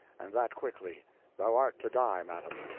and that quickly thou art to die, madam.